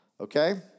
Okay